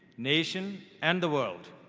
nation, and the world.